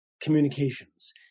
communications